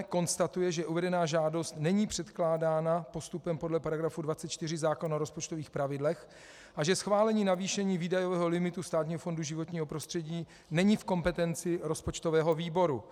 Konstatuje, že uvedená žádost není předkládána postupem podle § 24 zákona o rozpočtových pravidlech a že schválení navýšení výdajového limitu Státního fondu životního prostředí není v kompetenci rozpočtového výboru.